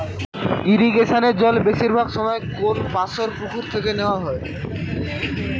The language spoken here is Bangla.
ইরিগেশনের জল বেশিরভাগ সময় কোনপাশর পুকুর থেকে নেওয়া হয়